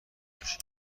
بشین